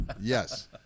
yes